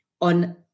on